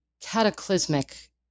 cataclysmic